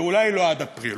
ואולי לא עד אפריל,